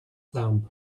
thumb